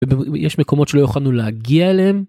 יש מקומות שלא יכולנו להגיע אליהם.